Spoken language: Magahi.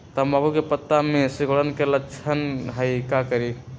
तम्बाकू के पत्ता में सिकुड़न के लक्षण हई का करी?